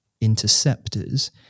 interceptors